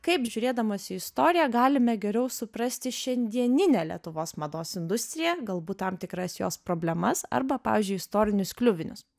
kaip žiūrėdamos į istoriją galime geriau suprasti šiandieninę lietuvos mados industriją galbūt tam tikras jos problemas arba pavyzdžiui istorinius kliuvinius